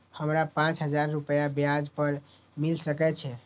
हमरा पाँच हजार रुपया ब्याज पर मिल सके छे?